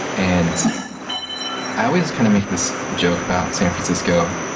and i always kind of make this joke about san francisco.